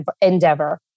endeavor